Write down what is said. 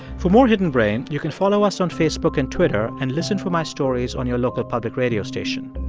for more hidden brain, you can follow us on facebook and twitter and listen for my stories on your local public radio station.